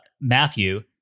Matthew